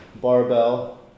barbell